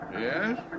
Yes